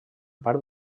part